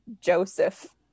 joseph